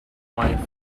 wife